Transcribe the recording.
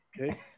Okay